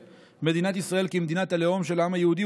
מדינת ישראל כמדינת הלאום של העם היהודי,